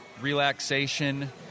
relaxation